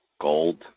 gold